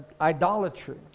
idolatry